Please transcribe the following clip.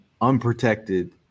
unprotected